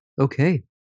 okay